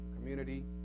community